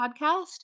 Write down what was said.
podcast